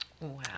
Wow